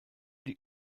die